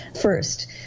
first